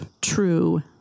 true